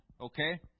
Okay